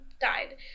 died